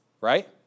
right